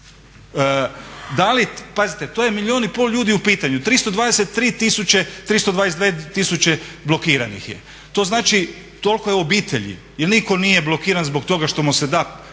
Da li, pazite to je milijun i pol ljudi u pitanju. 323 tisuće, 322 tisuće blokiranih je. To znači toliko je obitelji, jer nitko nije blokiran zbog toga što mu se da,